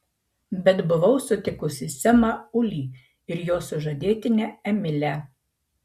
bet buvau sutikusi semą ulį ir jo sužadėtinę emilę